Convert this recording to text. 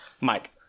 Mike